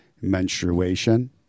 menstruation